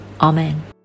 Amen